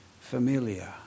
familia